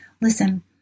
Listen